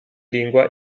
lingua